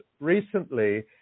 recently